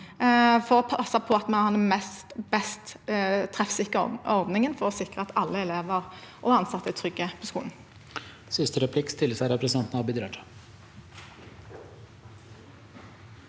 for å passe på at vi har den beste, mest treffsikre ordningen for å sikre at alle elever og ansatte er trygge på skolen.